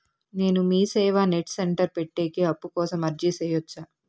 నేను MeeSeva net centre పెట్టేకి అప్పు కోసం అర్జీ సేయొచ్చా?